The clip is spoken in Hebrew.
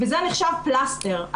וזה נחשב פלסטר.